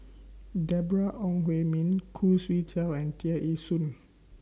Deborah Ong Hui Min Khoo Swee Chiow and Tear Ee Soon